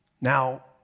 Now